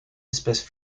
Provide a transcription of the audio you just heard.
espèces